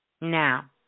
Now